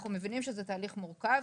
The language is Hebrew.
אנחנו מבינים שזה תהליך מורכב.